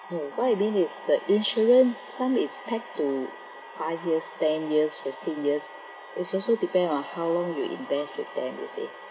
hmm what I mean is the insurance some is tied to five years ten years fifteen years it's also depend on how long you invest with them you